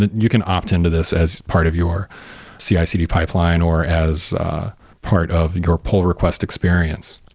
you can opt into this as part of your cicd pipeline, or as a part of your pull request experience.